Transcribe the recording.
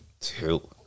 Two